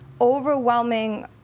overwhelming